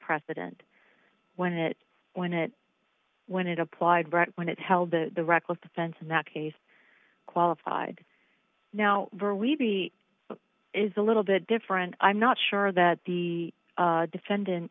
precedent when it when it when it applied right when it held the reckless defense in that case qualified now were we beat is a little bit different i'm not sure that the defendant